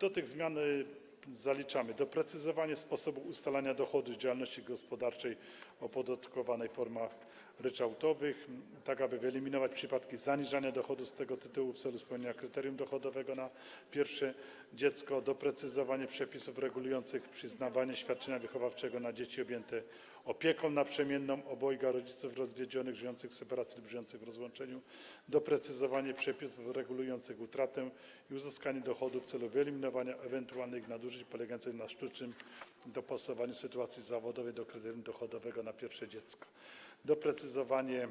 Do tych zmian zaliczamy: doprecyzowanie sposobu ustalania dochodów z działalności gospodarczej opodatkowanej w formach ryczałtowych, tak aby wyeliminować przypadki zaniżania dochodu z tego tytułu w celu spełnienia kryterium dochodowego przy pierwszym dziecku, doprecyzowanie przepisów regulujących kwestię przyznawania świadczenia wychowawczego na dzieci objęte opieką naprzemienną obojga rodziców rozwiedzionych, żyjących w separacji lub żyjących w rozłączeniu, doprecyzowanie przepisów regulujących kwestię utraty i uzyskania dochodów w celu wyeliminowania ewentualnych nadużyć polegających na sztucznym dopasowaniu sytuacji zawodowej do kryterium dochodowego przy pierwszym dziecku, doprecyzowanie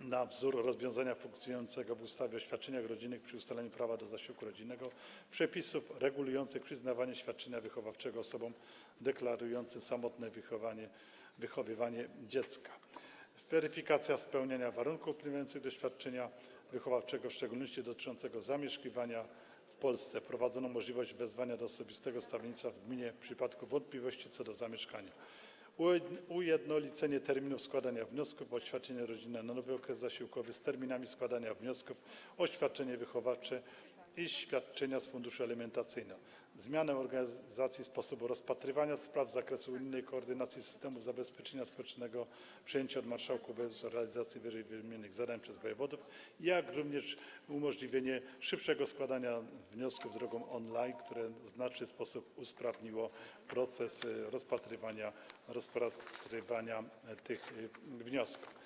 na wzór rozwiązania funkcjonującego w ustawie o świadczeniach rodzinnych przy ustalaniu prawa do zasiłku rodzinnego przepisów regulujących kwestię przyznawania świadczenia wychowawczego osobom deklarującym samotne wychowywanie dziecka, weryfikacja spełniania warunków uprawniających do świadczenia wychowawczego, w szczególności dotyczących zamieszkiwania w Polsce - wprowadzono możliwość wezwania do osobistego stawiennictwa w gminie w przypadku wątpliwości co do miejsca zamieszkania - ujednolicenie terminów składania wniosków o świadczenia rodzinne na nowy okres zasiłkowy z terminami składania wniosków o świadczenie wychowawcze i świadczenia z funduszu alimentacyjnego, zmiany organizacji i sposobu rozpatrywania spraw z zakresu unijnej koordynacji systemów zabezpieczenia społecznego, przejęcie od marszałków województwa realizacji ww. zadań przez wojewodów, jak również umożliwienie szybszego składania wniosków drogą online, co w znaczny sposób usprawniło proces rozpatrywania tych wniosków.